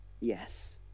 Yes